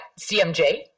CMJ